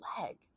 leg